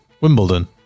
Wimbledon